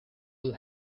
will